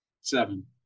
Seven